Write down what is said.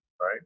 right